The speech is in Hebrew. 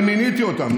אני מיניתי אותם,